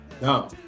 No